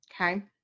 Okay